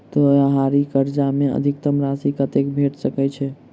त्योहारी कर्जा मे अधिकतम राशि कत्ते भेट सकय छई?